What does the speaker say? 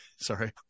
sorry